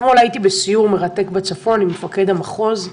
אתמול הייתי בסיור מרתק בצפון עם מפקד המחוז,